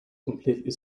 completely